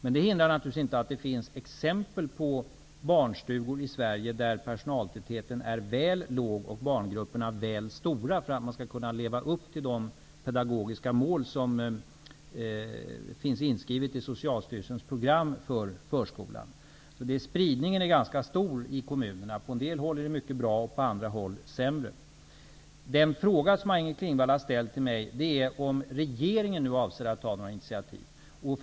Men för den skull kan det naturligtvis finnas exempel på barnstugor i Sverige där personaltätheten är väl låg och barngrupperna väl stora för att man skall kunna leva upp till de pedagogiska mål som finns inskrivna i Socialstyrelsens program för förskolan. Spridningen är alltså ganska stor i kommunerna -- på en del håll är det mycket bra, och på andra håll är det sämre. Den fråga som Maj-Inger Klingvall har ställt till mig gäller om regeringen nu avser att ta några initiativ.